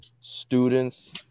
students